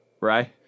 right